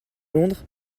londres